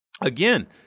Again